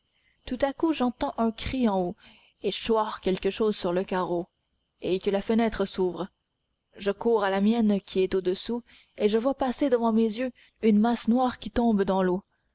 tout à coup j'entends un cri en haut et choir quelque chose sur le carreau et que la fenêtre s'ouvre je cours à la mienne qui est au-dessous et je vois passer devant mes yeux une masse noire qui tombe dans l'eau